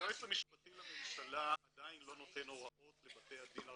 היועץ המשפטי לממשלה עדיין לא נותן הוראות לבתי הדין הרבניים,